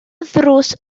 ddrws